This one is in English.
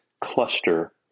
cluster